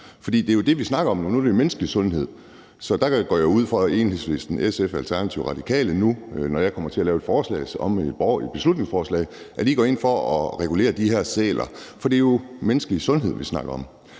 For det er jo det, vi snakker om; det er jo menneskelig sundhed. Så der går jeg ud fra, at Enhedslisten, SF, Alternativet og Radikale, når jeg kommer til at lave et beslutningsforslag, nu går ind for at regulere de her sæler, for det er jo menneskelig sundhed, vi snakker om.